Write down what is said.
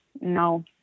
No